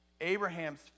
Abraham's